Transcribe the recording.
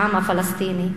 העם הפלסטיני,